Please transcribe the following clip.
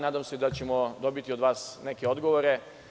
Nadam se da ćemo dobiti od vas neke odgovore.